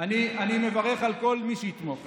אני מברך על כל מי שיתמוך.